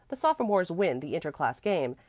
the sophomores win the inter-class game,